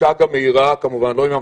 לא עם המתנה,